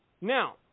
Now